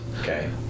Okay